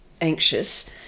anxious